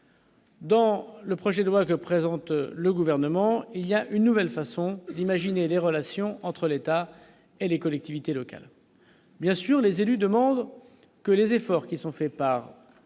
Dans le projet de loi que présente le gouvernement il y a une nouvelle façon d'imaginer les relations entre l'État et les collectivités locales. Bien sûr, les élus demandent que les efforts qui sont faits par leur